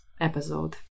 episode